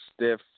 Stiff